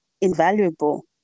invaluable